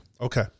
Okay